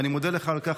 ואני מודה לך על כך,